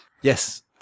Yes